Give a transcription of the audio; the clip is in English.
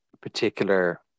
particular